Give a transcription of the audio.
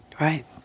right